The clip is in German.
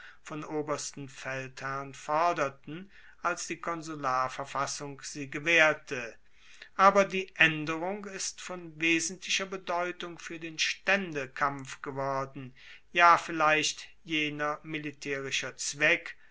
von obersten feldherren forderten als die konsularverfassung sie gewaehrte aber die aenderung ist von wesentlicher bedeutung fuer den staendekampf geworden ja vielleicht jener militaerische zweck